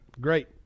great